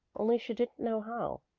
only she didn't know how.